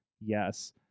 yes